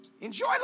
Enjoy